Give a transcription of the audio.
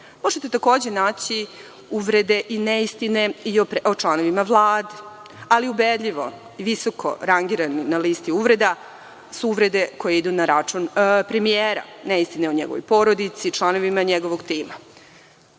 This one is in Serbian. Možete takođe naći uvrede i neistine i o članovima Vlade, ali ubedljivo visoko rangirano na listi uvreda su uvrede koje idu na račun premijera, neistine o njegovoj porodici, članovima njegovog